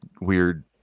weird